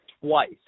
twice